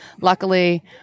luckily